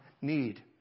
need